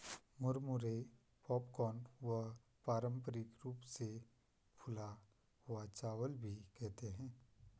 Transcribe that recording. मुरमुरे पॉपकॉर्न व पारम्परिक रूप से फूला हुआ चावल भी कहते है